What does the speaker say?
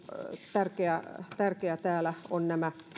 tärkeää täällä on